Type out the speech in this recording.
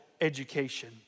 education